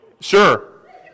Sure